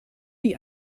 die